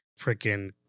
freaking